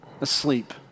asleep